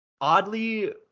oddly